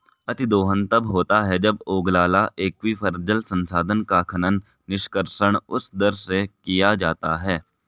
अतिदोहन तब होता है जब ओगलाला एक्वीफर, जल संसाधन का खनन, निष्कर्षण उस दर से किया जाता है